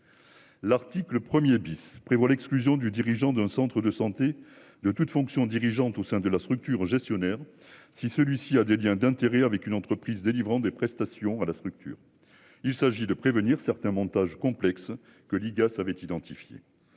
L'Arctique le 1er bis prévoient l'exclusion du dirigeant d'un centre de santé de toute fonction dirigeante au sein de la structure gestionnaire si celui-ci a des Liens d'intérêt avec une entreprise délivrant des prestations à la structure. Il s'agit de prévenir certains montages complexes que l'IGAS avait identifié